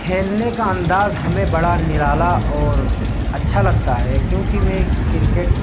کھیلنے کا انداز ہمیں بڑا نرالا اور اچھا لگتا ہے کیوںکہ میں کرکٹ